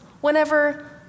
whenever